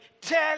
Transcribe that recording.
tell